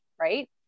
Right